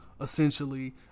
essentially